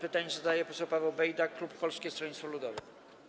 Pytanie zadaje poseł Paweł Bejda, klub Polskiego Stronnictwa Ludowego.